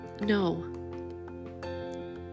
No